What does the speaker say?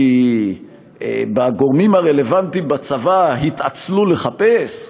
כי בגורמים הרלוונטיים בצבא התעצלו לחפש,